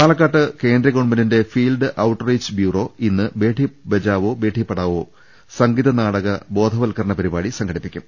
പാലക്കാട്ട് കേന്ദ്ര ഗവൺമെന്റിന്റെ ഫീൽഡ് ഔട്ട് റീച്ച് ബ്യൂറോ ഇന്ന് ബേട്ടി ബചാവോ ബേട്ടി പഠാവോ സംഗീത നാടക ബോധവൽക്ക രണ പരിപാടി സംഘടിപ്പിക്കും